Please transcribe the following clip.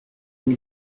been